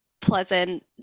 pleasant